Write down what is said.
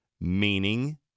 meaning